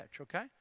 okay